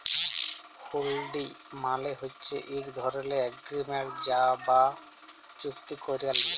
হুল্ডি মালে হছে ইক ধরলের এগ্রিমেল্ট বা চুক্তি ক্যারে লিয়া